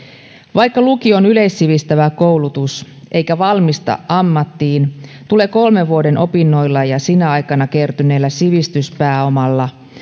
vaikka lukio on yleissivistävä koulutus eikä valmista ammattiin tulee kolmen vuoden opinnoilla ja sinä aikana kertyneellä sivistyspääomalla